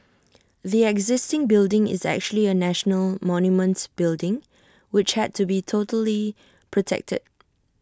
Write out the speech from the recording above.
the existing building is actually A national monument building which had to be totally protected